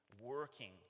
working